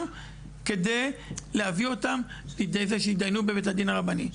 כדי להביא אותם לידי זה שיתדיינו בבית הדין הרבני.